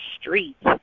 streets